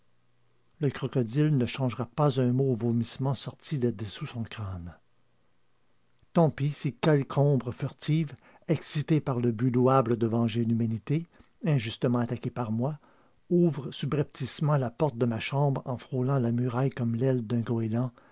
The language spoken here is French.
le crocodile ne changera pas un mot au vomissement sorti de dessous son crâne tant pis si quelque ombre furtive excitée par le but louable de venger l'humanité injustement attaquée par moi ouvre subrepticement la porte de ma chambre en frôlant la muraille comme l'aile d'un goëland